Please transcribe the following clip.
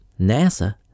NASA